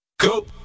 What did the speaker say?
Go